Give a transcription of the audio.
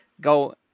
go